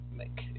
make